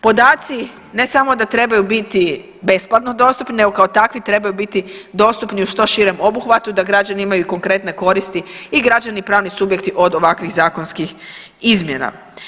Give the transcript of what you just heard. Podaci ne samo da trebaju biti besplatno dostupni nego kao takvi trebaju biti dostupni u što širem obuhvatu da građani imaju konkretne koristi i građani i pravni subjekti od ovakvih zakonskih izmjena.